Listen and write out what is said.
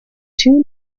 two